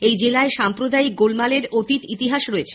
এই জেলায় সাম্প্রদায়িক গোলমালের অতীত ইতিহাস রয়েছে